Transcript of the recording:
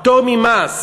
הפטור ממס